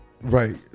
right